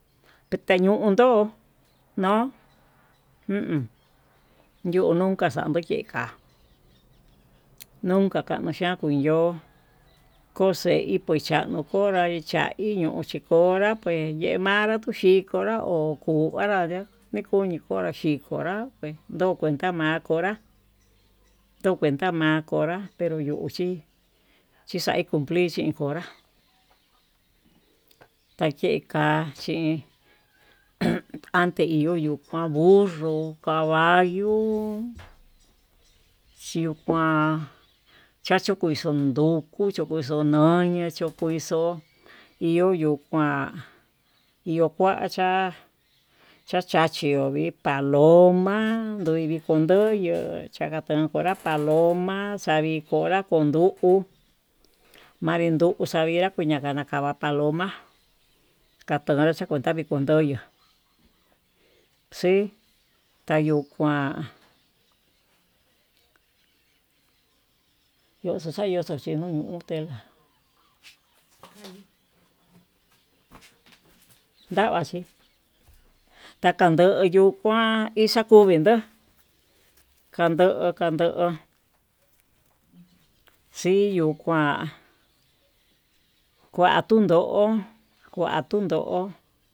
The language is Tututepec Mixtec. Ketañundo'o no ujun yo nunca sando kue ka'a nunca xhanuxhian kuenyo kuexi kuando konrá ha chai ñochi konrá pues, yee manra xhikonra oyumanrá mekonro ñunduu xhikoxonrá ndo kuenta makonrá tuu kuenta makonrá pero yuu chi chixai cumplir chiko, konra takei kaxhí jun ante iho yukan burro, cabalo, xiokuan nduku xhiko xo'o noño chokoinxo iho yuu kuan yuu kuaxhiá chachachió hi paloma ndui viko ndoyó chakatonkonrá paloma xavii konrá konduku manri ndoko xavia naka kandera paloma katanexhia kundavi kundoyo xii ayuu kuan, yo'o xuxayo xinkondu teya'a ndavaxhi takandoyo kuan hixhakuvin ndó kando kando, xii yuu kuan kuandu yo'ó kua tundo'ó.